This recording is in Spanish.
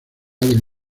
del